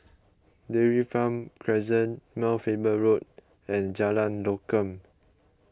Dairy Farm Crescent Mount Faber Road and Jalan Lokam